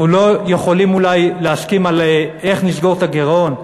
אנחנו לא יכולים אולי להסכים על איך נסגור את הגירעון,